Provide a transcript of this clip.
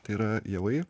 tai yra javai